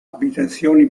abitazioni